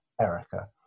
Erica